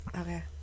Okay